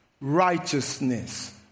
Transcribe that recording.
righteousness